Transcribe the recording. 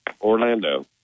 Orlando